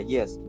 Yes